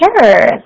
Sure